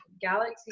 Galaxy